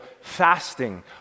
fasting